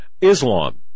Islam